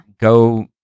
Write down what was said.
Go